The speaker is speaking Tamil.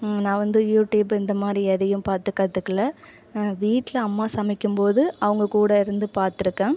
நான் வந்து யூட்யூப் இந்தமாதிரி எதையும் பார்த்து கற்றுக்கல வீட்டில் அம்மா சமைக்கும்போது அவங்க கூட இருந்து பார்த்துருக்கேன்